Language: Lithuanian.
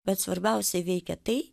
bet svarbiausia veikia tai